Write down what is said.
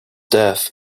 death